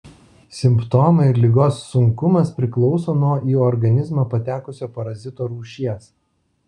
simptomai ir ligos sunkumas priklauso nuo į organizmą patekusio parazito rūšies